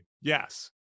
yes